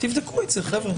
תבדקו את זה, חבר'ה.